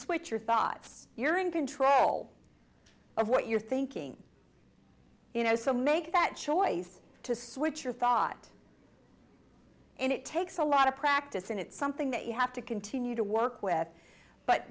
switch your thoughts you're in control of what you're thinking you know so make that choice to switch your thought and it takes a lot of practice and it's something that you have to continue to work with but